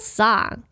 song